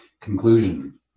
Conclusion